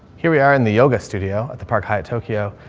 here we are in the yoga studio at the park, hyatt, tokyo.